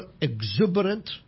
exuberant